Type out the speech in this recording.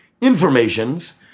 informations